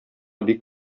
бик